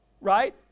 right